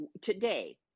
today